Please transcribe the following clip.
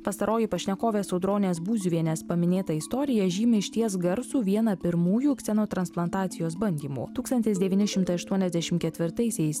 pastaroji pašnekovės audronės būziuvienės paminėta istorija žymi išties garsų vieną pirmųjų kseno transplantacijos bandymų tūkstantis devyni šimtai aštuoniasdešim ketvirtaisiais